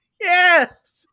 Yes